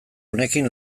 honekin